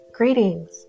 Greetings